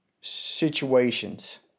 situations